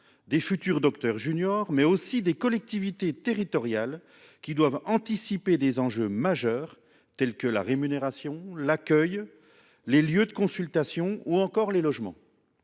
des futurs docteurs juniors, mais aussi celle des collectivités territoriales, qui doivent anticiper des enjeux majeurs tels que la rémunération, l’accueil, les lieux de consultation ou encore les logements.